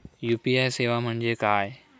UPI सेवा म्हणजे काय?